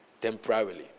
Temporarily